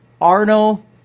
Arno